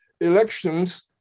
elections